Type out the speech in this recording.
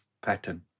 pattern